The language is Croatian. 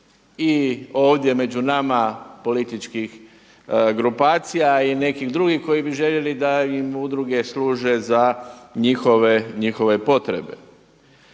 i ovdje među nama političkih grupacija i nekih drugih koji bi željeli da im udruge služe za njihove potrebe.